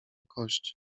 kość